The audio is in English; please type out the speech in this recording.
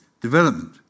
development